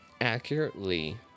accurately